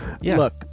look